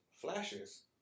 Flashes